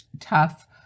tough